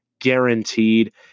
guaranteed